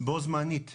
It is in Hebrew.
בו-זמנית ,